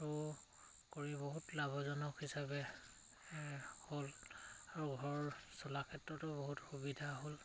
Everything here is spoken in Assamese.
আৰু কৰি বহুত লাভজনক হিচাপে হ'ল আৰু ঘৰ চলাৰ ক্ষেত্ৰতো বহুত সুবিধা হ'ল